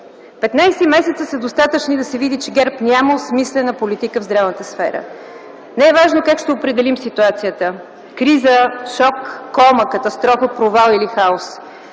месеца са достатъчни, за да се види, че ГЕРБ няма осмислена политика в здравната сфера. Не е важно как ще определим ситуацията – криза, шок, кома, катастрофа, провал или хаос.